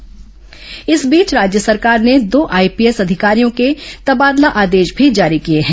IPS तबादला इस बीच राज्य सरकार ने दो आईपीएस अधिकारियों के तबादला आदेश भी जारी किए हैं